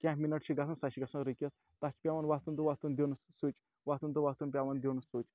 کینٛہہ مِنَٹ چھِ گژھان سۄ چھِ گژھان رُکِتھ تَتھ چھِ پٮ۪وان ووٚتھُن تہٕ ووٚتھُن دیُٚن سُچ ووٚتھُن تہٕ ووٚتھُن پٮ۪وان دیُٚن سُچ